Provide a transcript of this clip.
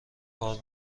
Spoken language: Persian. کار